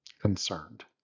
concerned